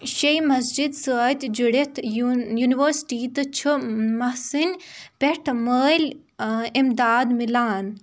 شیٚیہِ مَسجِد سۭتۍ جُڑِتھ یُن یوٗنیؤرسِٹی تہٕ چھُ محسِنۍ پٮ۪ٹھ مٲلۍ اِمداد مِلان